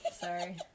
Sorry